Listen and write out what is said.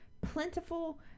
plentiful